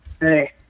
hey